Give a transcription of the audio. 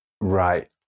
Right